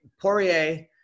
Poirier